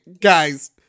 guys